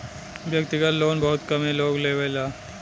व्यक्तिगत लोन बहुत कमे लोग लेवेला